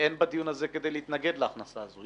אין בדיון הזה כדי להתנגד להכנסה הזאת.